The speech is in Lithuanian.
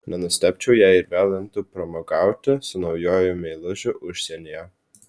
nenustebčiau jei ir vėl imtų pramogauti su naujuoju meilužiu užsienyje